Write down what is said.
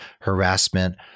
harassment